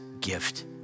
gift